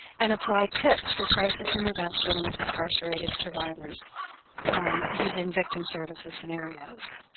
and apply tips for crisis intervention with incarcerated survivors um using victim services scenarios.